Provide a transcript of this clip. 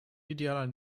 idealer